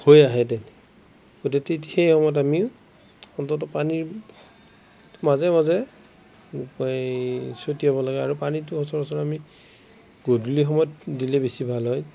হৈ আহে তেতিয়া গতিকে তেতিয়া সময়ত আমিও অন্ততঃ পানীৰ মাজে মাজে এই ছটিয়াব লাগে আৰু পানীটো সচৰাচৰ আমি গধূলি সময়ত দিলে বেছি ভাল হয়